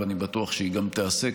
ואני בטוח שהיא גם תיעשה.